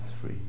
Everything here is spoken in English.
free